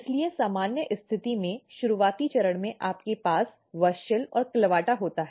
इसलिए सामान्य स्थिति में शुरुआती चरण में आपके पास WUSCHEL और CLAVATA होता है